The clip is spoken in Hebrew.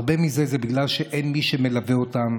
הרבה מזה זה בגלל שאין מי שמלווה אותם,